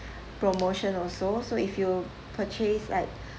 promotion also so if you purchase like